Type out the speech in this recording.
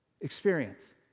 experience